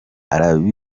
abarizwa